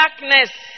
darkness